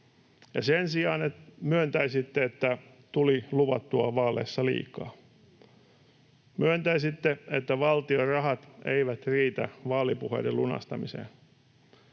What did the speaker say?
sen sijaan myöntää, että tuli luvattua vaaleissa liikaa. Myöntäisitte, että valtion rahat eivät riitä vaalipuheiden lunastamiseen.